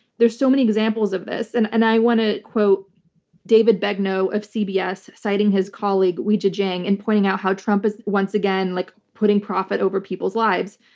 there are so many examples of this, and and i want to quote david begnaud of cbs, citing his colleague, weijia jiang, and pointing out how trump is once again like putting profit over people's lives.